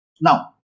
Now